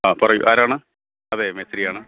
ആ പറയൂ ആരാണ് അതെ മേസ്രിയാണ്